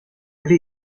elle